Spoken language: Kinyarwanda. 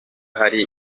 hari